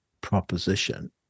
proposition